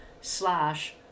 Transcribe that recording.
slash